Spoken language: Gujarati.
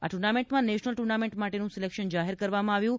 આ ટૂર્નામેન્ટમાં નેશનલ ટૂર્નામેન્ટ માટેનું સિલેક્શન જાહેર કરવામાં આવ્યું હતું